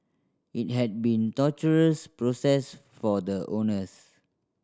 it had been torturous process for the owners